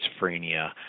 schizophrenia